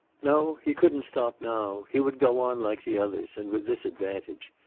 no, he couldn't stop now. he would go on, like the others, and with this advantage,